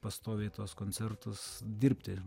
pastoviai tuos koncertus dirbti